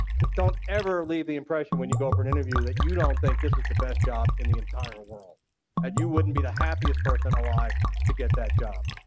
don't ever leave the impression when you go for an interview that you don't think this is the best job in the entire world and you wouldn't be the happiest person alive to get that job,